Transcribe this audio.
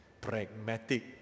pragmatic